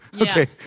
okay